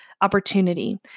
opportunity